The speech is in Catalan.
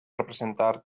representar